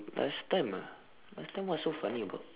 last time ah last time what's so funny about